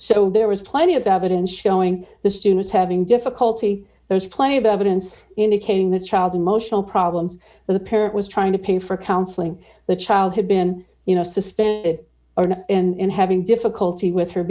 so there was plenty of evidence showing the students having difficulty there's plenty of evidence indicating that child's emotional problems with a parent was trying to pay for counselling the child had been you know suspended or not and having difficulty with her